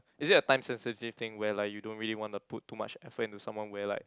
is it a time sensitive thing where like you don't really want to put too much effort into someone where like